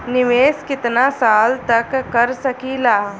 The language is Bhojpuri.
निवेश कितना साल तक कर सकीला?